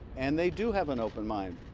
and they do have an open mind.